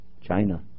China